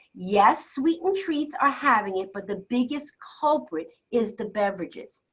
yes, sweetened treats are having it, but the biggest culprit is the beverages.